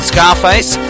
Scarface